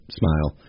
smile